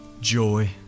Joy